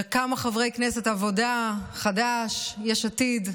וכמה חברי כנסת מהעבודה, חד"ש, יש עתיד,